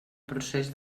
procés